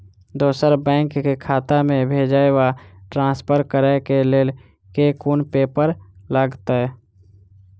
दोसर बैंक केँ खाता मे भेजय वा ट्रान्सफर करै केँ लेल केँ कुन पेपर लागतै?